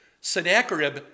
Sennacherib